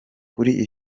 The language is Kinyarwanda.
kuri